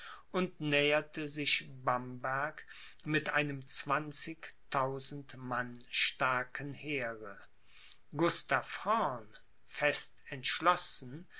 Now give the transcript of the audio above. und näherte sich bamberg mit einem zwanzigtausend mann starken heere gustav horn fest entschlossen